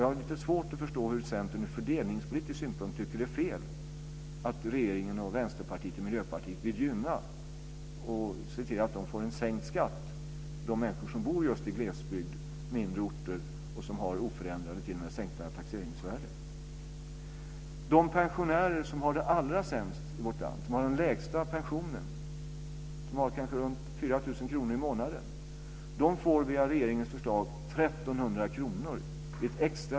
Jag har lite svårt att förstå hur Centern från fördelningspolitisk synpunkt kan tycka att det är fel att regeringen, Vänsterpartiet och Miljöpartiet vill gynna och sänka skatten för just de människor som bor i glesbygd och på mindre orter och som har oförändrade eller t.o.m.